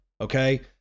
okay